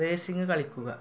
racing കളിക്കുക